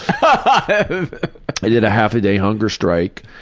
but i did a half a day hunger strike.